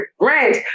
rent